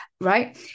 right